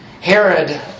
Herod